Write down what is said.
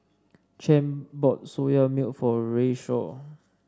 Champ bought Soya Milk for Rayshawn